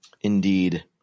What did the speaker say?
Indeed